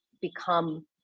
become